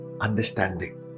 understanding